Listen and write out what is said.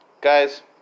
Guys